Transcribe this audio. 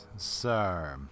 Sir